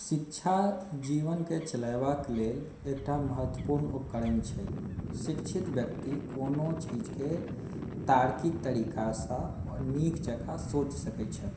शिक्षा जीवनके चलेबाक लेल एकटा महत्वपूर्ण उपकरण छै शिक्षित व्यक्ति कोनो चीजकेँ तार्किक तरीकासँ नीक जकाँ सोच सकैत छथि